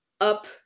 up